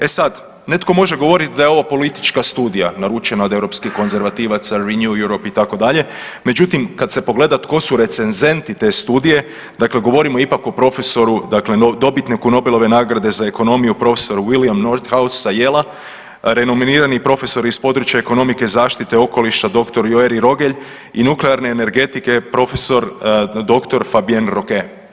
E sad, netko može govoriti da je ovo politička studija naručena od europskih konzervativaca, Renew Europe itd., međutim kad se pogleda tko su recenzenti te studije, dakle govorimo ipak o profesoru dakle dobitniku Nobelove nagrade za ekonomiju prof. William Nordhaus sa Yale-a, renominirani profesor iz područja ekonomike zaštite okoliša dr. Joeri Rogelj i nuklearne energetike prof.dr. Fabian Rocke.